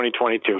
2022